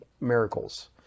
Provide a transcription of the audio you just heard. miracles